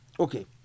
Okay